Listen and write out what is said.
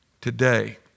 today